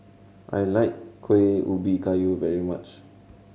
I like Kueh Ubi Kayu very much